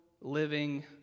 living